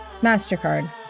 MasterCard